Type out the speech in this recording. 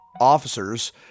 officers